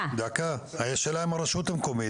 האם לרשות המקומית